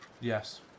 Yes